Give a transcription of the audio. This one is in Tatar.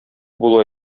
булу